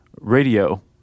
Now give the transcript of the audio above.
radio